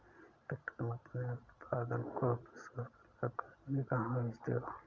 पिंटू तुम अपने उत्पादन को प्रसंस्करण करने कहां भेजते हो?